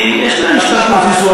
כי יש להם משטר קונסנזואלי.